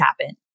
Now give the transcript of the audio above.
happen